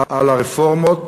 על הרפורמות,